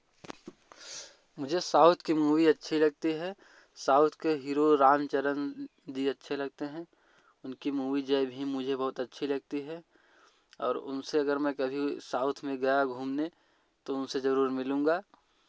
मुझे साउथ की मूवी अच्छी लगती है साउथ के हीरो रामचरण भी अच्छे लगते हैं उनकी मूवी जय भीम मुझे बहुत अच्छी लगती है और उनसे अगर मैं कभी साउथ में गया घूमने तो उनसे ज़रूर मिलूँगा